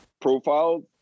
profile